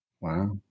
Wow